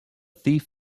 thief